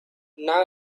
now